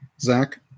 Zach